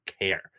care